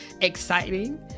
exciting